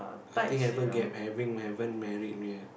I think haven't get having haven't married yet